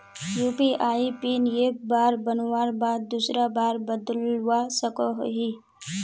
UPI PIN एक बार बनवार बाद दूसरा बार बदलवा सकोहो ही?